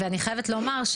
אני חייבת לומר,